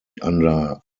under